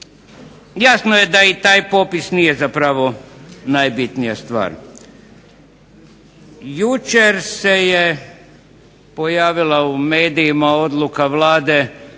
Jasno je i taj popis nije zapravo najbitnija stvar. Jučer se je pojavila u medijima odluka Vlade